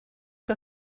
que